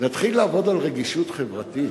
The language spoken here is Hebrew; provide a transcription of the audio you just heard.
נתחיל לעבוד על רגישות חברתית.